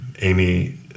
Amy